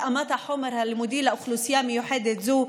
התאמת החומר הלימודי לאוכלוסייה מיוחדת זו,